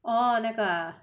哦那个啊